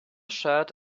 shirt